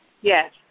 Yes